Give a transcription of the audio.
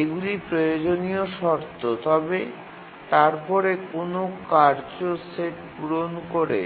এগুলি প্রয়োজনীয় শর্ত তবে তারপরে কোনও কার্য সেট পূরণ করে